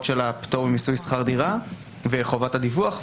של הפטורים על מיסוי שכר דירה וחובת הדיווח,